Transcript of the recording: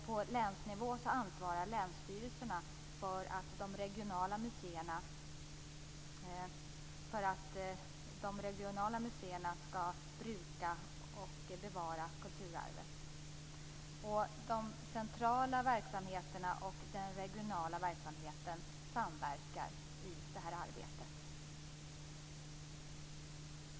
På länsnivå ansvarar länsstyrelserna för att de regionala museerna skall bruka och bevara kulturarvet. De centrala verksamheterna och den regionala verksamheten samverkar i det här arbetet.